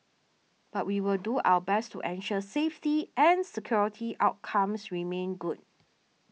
but we will do our best to ensure safety and security outcomes remain good